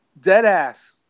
deadass